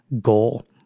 goal